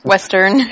Western